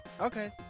Okay